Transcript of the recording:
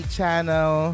Channel